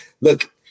look